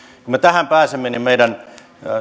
kun me tähän pääsemme meidän